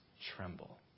tremble